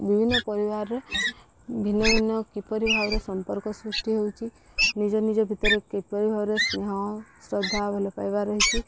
ବିଭିନ୍ନ ପରିବାରରେ ଭିନ୍ନ ଭିନ୍ନ କିପରି ଭାବରେ ସମ୍ପର୍କ ସୃଷ୍ଟି ହେଉଛି ନିଜ ନିଜ ଭିତରେ କିପରି ଭାବରେ ସ୍ନେହ ଶ୍ରଦ୍ଧା ଭଲ ପାଇବା ରହିଛି